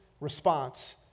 response